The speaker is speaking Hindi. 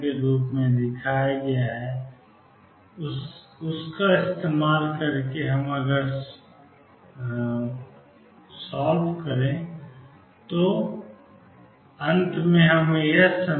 तो X2L222mV02 2mE22mV02L22